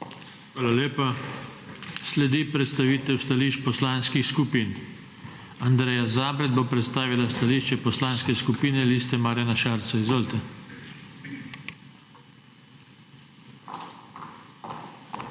Hvala lepa. Sledi predstavitev stališč poslanskih skupin. Andreja Zabret bo predstavila stališče Poslanske skupine LMŠ. Izvolite. **ANDREJA